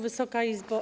Wysoka Izbo!